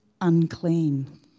unclean